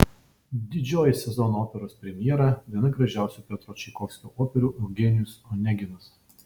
didžioji sezono operos premjera viena gražiausių piotro čaikovskio operų eugenijus oneginas